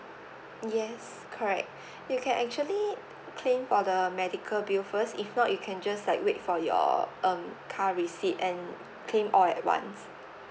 yes correct you can actually claim for the medical bill first if not you can just like wait for your um car receipt and claim all at once